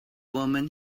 woman